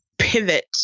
pivot